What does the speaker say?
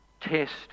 test